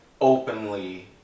openly